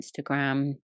Instagram